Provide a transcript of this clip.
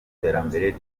iterambere